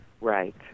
Right